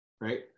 right